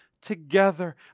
together